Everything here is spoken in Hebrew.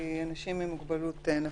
כי אנשים עם מוגבלות נפשית,